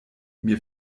mir